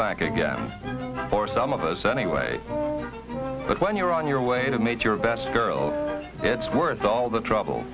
back again for some of us anyway but when you're on your way to meet your best girl it's worth all the trouble